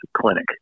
clinic